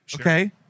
okay